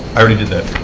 already did that.